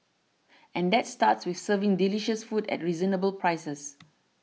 and that starts with serving delicious food at reasonable prices